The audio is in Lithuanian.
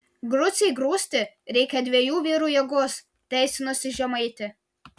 grucei grūsti reikia dviejų vyrų jėgos teisinosi žemaitė